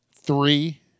three